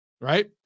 right